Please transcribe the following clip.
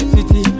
City